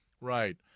Right